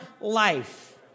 life